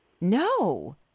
No